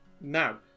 now